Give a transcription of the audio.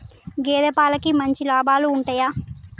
గేదే పాలకి మంచి లాభాలు ఉంటయా?